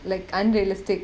like unrealistic